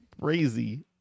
crazy